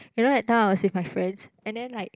you know that time I was with my friends and then like